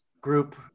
group